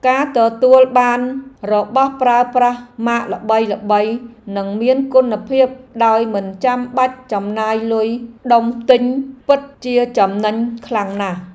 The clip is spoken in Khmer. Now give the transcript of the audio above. ការទទួលបានរបស់ប្រើប្រាស់ម៉ាកល្បីៗនិងមានគុណភាពដោយមិនបាច់ចំណាយលុយដុំទិញ ពិតជាចំណេញខ្លាំងណាស់។